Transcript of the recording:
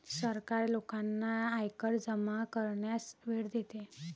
सरकार लोकांना आयकर जमा करण्यास वेळ देते